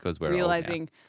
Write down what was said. realizing